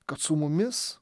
kad su mumis